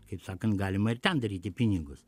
kaip sakant galima ir ten daryti pinigus